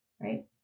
right